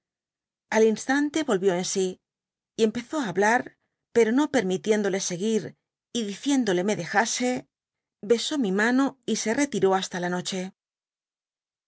al instante volvió en sí y empezó á hablar pero no permitiéndole seguir y diciendole me dejase besó mi mano y se retiró hasta la noche